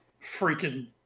freaking